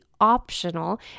optional